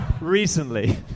Recently